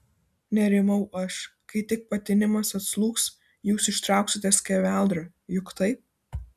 nerimau aš kai tik patinimas atslūgs jūs ištrauksite skeveldrą juk taip